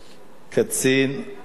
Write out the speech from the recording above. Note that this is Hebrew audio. קצין אמיץ,